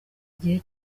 gihe